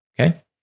Okay